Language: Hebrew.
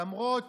למרות